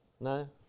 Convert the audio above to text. No